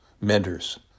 menders